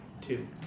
Two